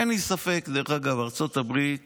אין לי ספק, דרך אגב, שארצות הברית